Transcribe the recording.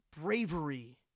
bravery